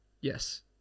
Yes